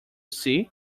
see